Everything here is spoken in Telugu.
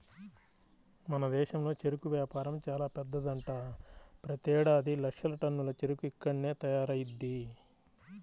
మన దేశంలో చెరుకు వ్యాపారం చానా పెద్దదంట, ప్రతేడాది లక్షల టన్నుల చెరుకు ఇక్కడ్నే తయారయ్యిద్ది